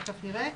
תיכף נראה.